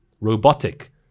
Robotic